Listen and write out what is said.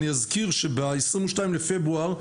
אני אזכיר שב- 22 לפברואר,